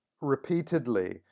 repeatedly